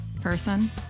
person